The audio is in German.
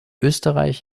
österreich